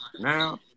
now